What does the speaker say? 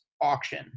auction